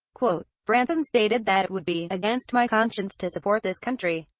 branson stated that it would be against my conscience to support this country.